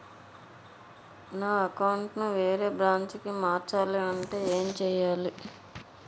నా అకౌంట్ ను వేరే బ్రాంచ్ కి మార్చాలి అంటే ఎం చేయాలి?